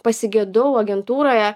pasigedau agentūroje